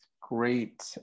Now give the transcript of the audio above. great